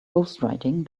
ghostwriting